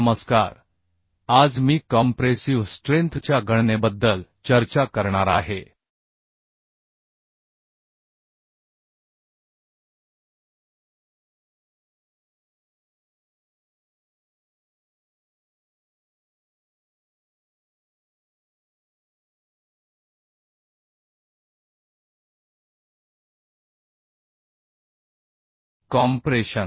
नमस्कार आज मी कॉम्प्रेसिव्ह स्ट्रेंथच्या गणनेबद्दल चर्चा करणार आहे कॉम्प्रेशन